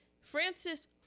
Francis